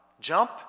jump